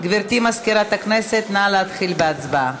גברתי מזכירת הכנסת, נא להתחיל בהצבעה.